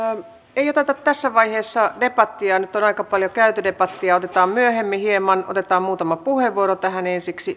ei oteta tässä vaiheessa debattia nyt on aika paljon debattia käyty otetaan myöhemmin hieman lisää otetaan muutama puheenvuoro tähän ensiksi